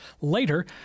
later